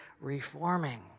reforming